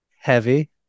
heavy